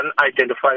unidentified